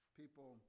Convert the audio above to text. people